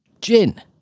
gin